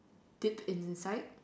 dip inside